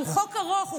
והוא חוק ארוך.